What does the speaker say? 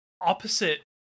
opposite